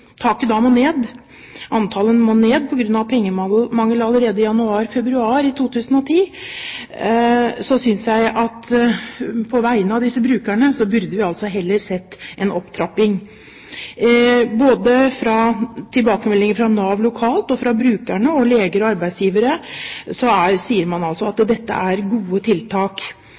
taket må ned, antallet må ned, på grunn av pengemangel allerede i januar/februar i 2010, synes jeg at vi på vegne av disse brukerne heller burde sett en opptrapping. Både i tilbakemeldinger fra Nav lokalt, fra brukerne og fra leger og arbeidsgivere sier man altså at dette er gode tiltak.